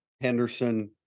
henderson